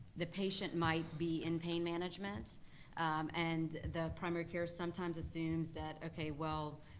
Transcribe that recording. the patient might be in pain management and the primary care sometimes assumes that okay, well,